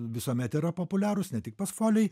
visuomet yra populiarūs ne tik pas folei